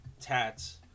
tats